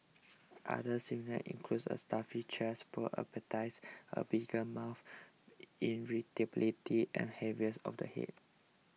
other symptoms includes a stuffy chest poor appetites a bitter mouth irritability and heaviness of the head